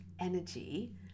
energy